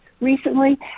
recently